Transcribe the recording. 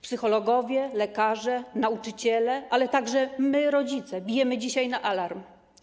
Psychologowie, lekarze, nauczyciele, ale także my, rodzice, bijemy dzisiaj na alarm.